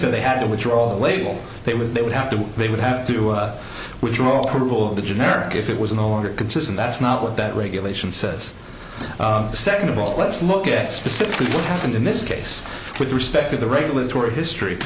said they had to withdraw label they would they would have to they would have to withdraw all probable the generic if it was no longer consistent that's not what that regulation says second of all let's look at specifically what happened in this case with respect to the regulatory history